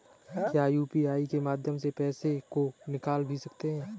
क्या यू.पी.आई के माध्यम से पैसे को निकाल भी सकते हैं?